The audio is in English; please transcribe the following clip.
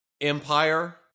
Empire